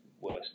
worse